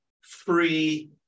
free